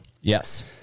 Yes